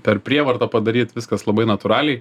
per prievartą padaryt viskas labai natūraliai